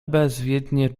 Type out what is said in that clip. bezwiednie